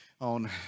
on